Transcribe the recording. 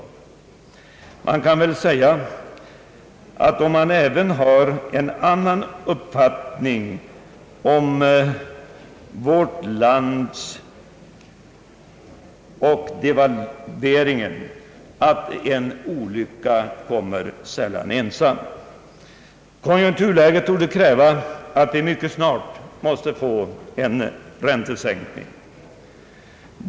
även om man har en annan uppfattning om devalveringens verkningar för vårt land, kan man väl säga att en olycka kommer sällan ensam. Konjunkturläget torde kräva att vi mycket snart får en räntesänkning.